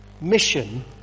Mission